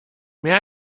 mehr